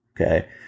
okay